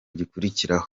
gikurikiraho